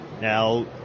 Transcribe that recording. Now